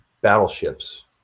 battleships